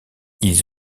ils